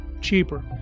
cheaper